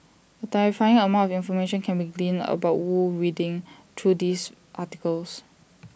A terrifying amount of information can be gleaned about wu reading through these articles